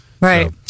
right